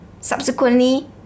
subsequently